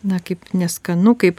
na kaip neskanu kaip